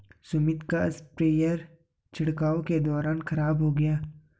सुमित का स्प्रेयर छिड़काव के दौरान खराब हो गया